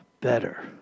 better